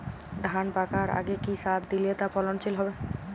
ধান পাকার আগে কি সার দিলে তা ফলনশীল হবে?